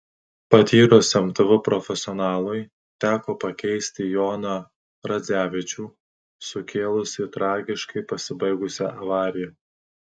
patyrusiam tv profesionalui teko pakeisti joną radzevičių sukėlusį tragiškai pasibaigusią avariją